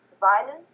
violence